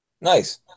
nice